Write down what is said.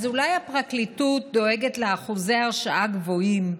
אז אולי הפרקליטות דואגת לאחוזי הרשעה גבוהים,